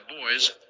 boys